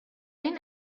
این